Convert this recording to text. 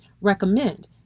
recommend